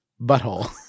butthole